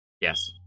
yes